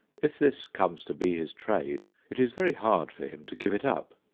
if this comes to be his trade it is very hard for him to give it up.